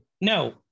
No